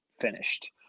finished